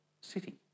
city